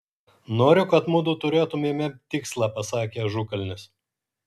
noriu kad mudu turėtumėme tikslą pasakė ažukalnis